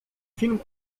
film